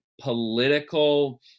political